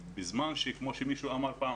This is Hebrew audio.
כמו שמישהו אמר פעם,